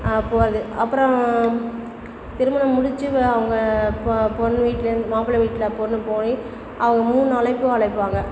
போது அப்புறோம் திருமணம் முடித்து அவங்க பா பொண்ணு வீட்டிலேருந்து மாப்பிள்ள வீட்டில பொண்ணு போய் அவங்க மூணு அழைப்பு அழைப்பாங்க